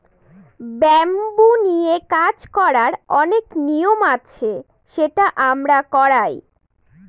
bamboo নিয়ে কাজ করার অনেক নিয়ম আছে সেটা আমরা করায়